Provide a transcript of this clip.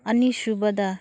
ꯑꯅꯤꯁꯨꯕꯗ